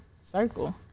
circle